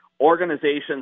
organizations